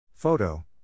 Photo